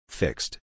Fixed